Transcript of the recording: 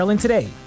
Today